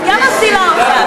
את גם מבדילה אותה,